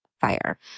fire